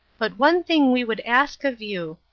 but one thing we would ask of you.